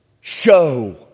show